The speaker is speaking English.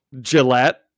Gillette